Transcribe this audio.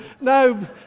No